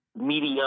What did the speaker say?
media